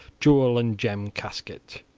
jewel and gem casket.